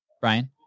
Brian